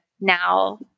now